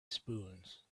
spoons